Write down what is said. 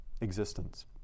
existence